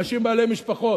אנשים בעלי משפחות,